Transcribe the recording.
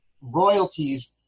royalties